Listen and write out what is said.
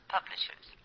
Publishers